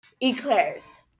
eclairs